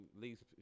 least